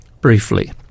briefly